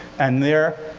and there,